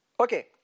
Okay